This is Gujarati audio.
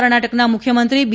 કર્ણાટકના મુખ્યમંત્રી બી